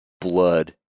blood